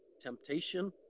temptation